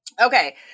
Okay